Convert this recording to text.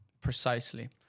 precisely